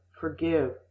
forgive